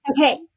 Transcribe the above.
Okay